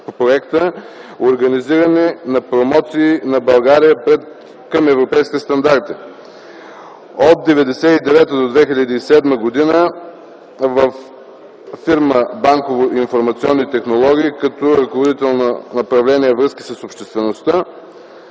проектът. Организиране на промоция на България пред европейските страни. От 1999 до 2007 г. работи във фирма „Банкови информационни технологии” като ръководител на направление „Връзки с обществеността”.